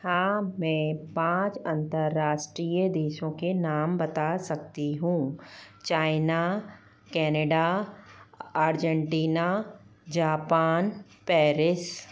हाँ मैं पाँच अंतर्राष्ट्रीय देशों के नाम बता सकती हूँ China Canada Argentina Japan Paris